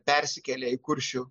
persikėlė į kuršių